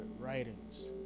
writings